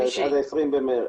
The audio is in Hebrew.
20 במרס.